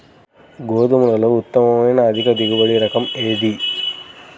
గోధుమలలో ఉత్తమమైన అధిక దిగుబడి రకం ఏది?